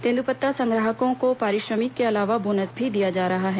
तेन्द्रपत्ता संग्राहकों को पारिश्रमिक के अलावा बोनस भी दिया जा रहा है